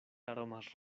aromas